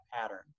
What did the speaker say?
pattern